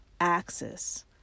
axis